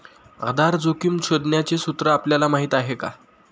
आधार जोखिम शोधण्याचे सूत्र आपल्याला माहीत आहे का?